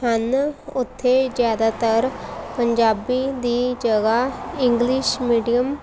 ਹਨ ਉੱਥੇ ਜ਼ਿਆਦਾਤਰ ਪੰਜਾਬੀ ਦੀ ਜਗ੍ਹਾ ਇੰਗਲਿਸ਼ ਮੀਡੀਅਮ